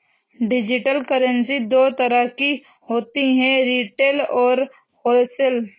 digital currency दो तरह की होती है रिटेल और होलसेल